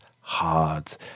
hard